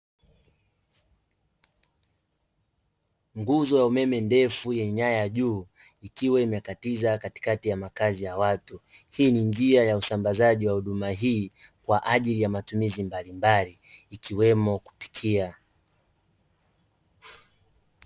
Nguzo ya umeme ndefu yenye nyaya juu ikiwa imekatiza katikati ya makazi ya watu hii ni njia ya usambazaji wa huduma hii kwa ajili ya matumizi mbalimbali ikiwemo kupikia.